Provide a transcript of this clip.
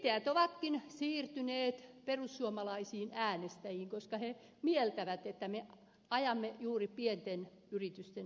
yrittäjät ovatkin siirtyneet perussuomalaisiin äänestäjiin koska he mieltävät että me ajamme juuri pienten yritysten asiaa